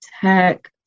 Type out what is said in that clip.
tech